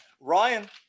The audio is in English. Ryan